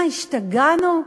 מה, השתגענו?